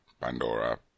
Pandora